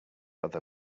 other